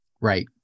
Right